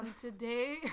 Today